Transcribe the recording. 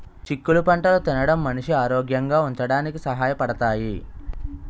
చిక్కుళ్ళు పంటలు తినడం మనిషి ఆరోగ్యంగా ఉంచడానికి సహాయ పడతాయి